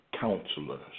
counselors